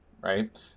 right